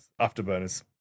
afterburners